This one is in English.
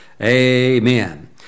Amen